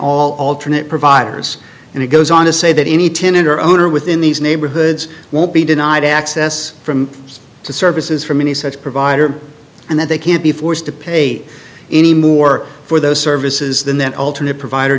all alternate providers and it goes on to say that any tenant or owner within these neighborhoods won't be denied access from services from any such provider and that they can't be forced to pay any more for those services than that alternate provider